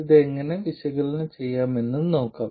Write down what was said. ഇത് എങ്ങനെ വിശകലനം ചെയ്യാം എന്ന് നോക്കാം